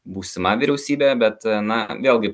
būsima vyriausybė bet na vėlgi